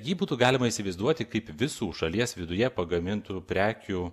jį būtų galima įsivaizduoti kaip visų šalies viduje pagamintų prekių